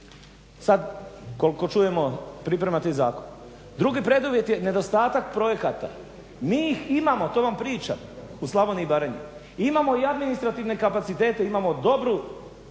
Sad koliko čujemo pripremate i zakon. Drugi preduvjet je nedostatak projekata. Mi ih imamo, to vam pričam, u Slavoniji i Baranji. Imamo i administrativne kapacitete, imamo dobru